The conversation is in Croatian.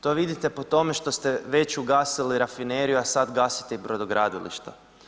To vidite po tome, što ste već ugasili rafineriju, a sada gasite i brodogradilišta.